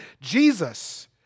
Jesus